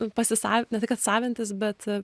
pasisavint ne tai kad savintis bet